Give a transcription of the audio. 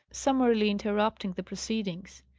summarily interrupting the proceedings.